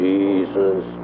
Jesus